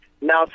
Now